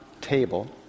table